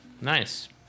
nice